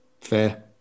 Fair